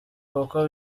kuko